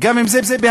גם אם זה בהסכמה,